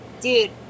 dude